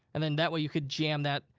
and then that way you could jam that,